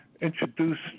introduced